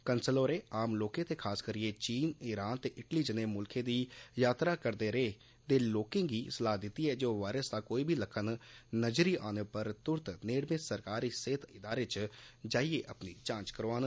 कन्सल होरें आम लोकें ते खासकरियै चीन ईरान ते इटली ज्नेय मुल्खें दी जात्तरा करदे रेय दे लोकें गी सलाह दित्ती ऐ जे ओह् वायरस दा कोई बी लक्षण नजरी औने पर तुरत नेड़मे सरकारी सेह्त इदारे च जाइयै अपनी जांच करोआन